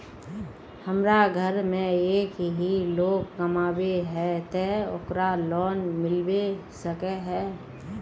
हमरा घर में एक ही लोग कमाबै है ते ओकरा लोन मिलबे सके है?